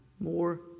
more